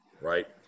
right